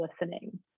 listening